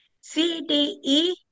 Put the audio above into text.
C-D-E